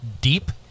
deep